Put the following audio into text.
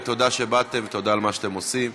ותודה שבאתם ותודה על מה שאתם עושים.